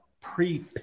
pre